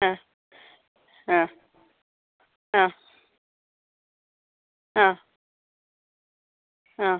ആ ആ ആ ആ ആ